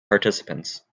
participants